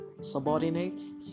subordinates